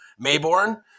Mayborn